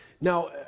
Now